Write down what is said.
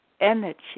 energy